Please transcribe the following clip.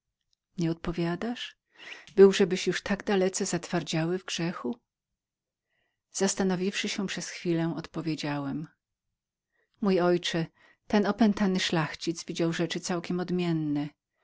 nie odpowiadasz byłżebyś już tak dalece zatwardziałym w grzechu zastanowiwszy się przez chwilę odpowiedziałem mój ojcze ten pan opętany widział rzeczy całkiem odmiennie